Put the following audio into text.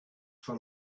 for